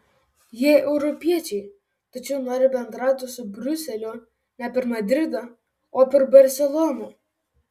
jie europiečiai tačiau nori bendrauti su briuseliu ne per madridą o per barseloną